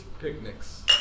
picnics